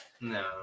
no